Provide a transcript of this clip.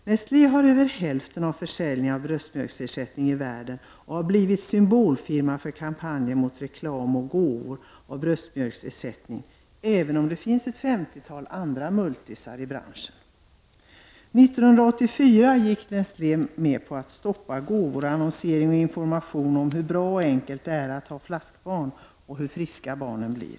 Nestlé har över hälften av försäljningen av bröstmjölksersättning i världen, och företagets namn har blivit symbolen för kampanjer där det görs reklam i form av gåvor av bröstmjölksersättning, även om det finns ett femtiotal andra ”multisar” i branschen. 1984 gick Nestlé med på att upphöra med gåvor och annonsering om hur enkelt och bra det är att ha flaskbarn och hur friska de barnen blir.